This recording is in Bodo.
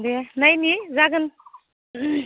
दे नायनि जागोन